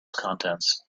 contents